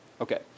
Okay